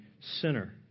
sinner